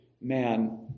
man